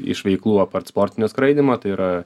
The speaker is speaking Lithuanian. iš veiklų apart sportinio skraidymo tai yra